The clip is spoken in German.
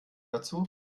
dazu